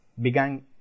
began